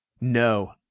No